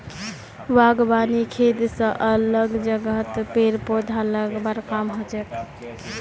बागवानी खेत स अलग जगहत पेड़ पौधा लगव्वार काम हछेक